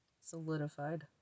solidified